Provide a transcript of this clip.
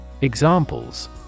Examples